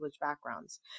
backgrounds